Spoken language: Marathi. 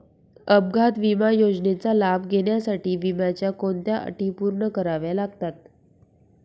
अपघात विमा योजनेचा लाभ घेण्यासाठी विम्याच्या कोणत्या अटी पूर्ण कराव्या लागतात?